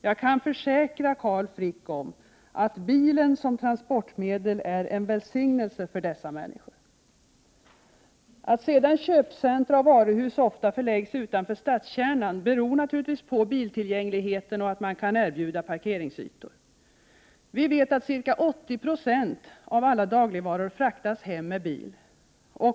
Jag kan försäkra Carl Frick om att bilen som transportmedel är en välsignelse för dessa människor. Att sedan köpcentra och varuhus ofta förläggs utanför stadskärnan beror naturligtvis på biltillgängligheten och möjligheten att erbjuda parkeringsytor. Vi vet att ca 80 20 av alla dagligvaror fraktas hem med bil.